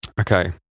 Okay